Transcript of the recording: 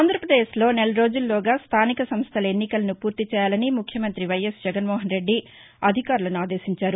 ఆంధ్రాపదేశ్ లో నెల రోజుల్లోగా స్థానిక సంస్లల ఎన్నికలను పూర్తి చేయాలని ముఖ్యమంత్రి వైఎస్ జగన్ మోహన్ రెడ్డి అధికారులను ఆదేశించారు